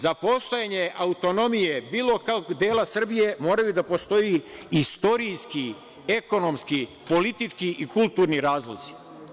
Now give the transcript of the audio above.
Za postojanje autonomije bilo kog dela Srbije moraju da postoje istorijski, ekonomski, politički i kulturni razlozi.